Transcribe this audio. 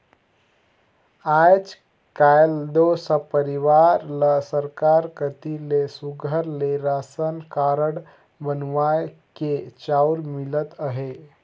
आएज काएल दो सब परिवार ल सरकार कती ले सुग्घर ले रासन कारड बनुवाए के चाँउर मिलत अहे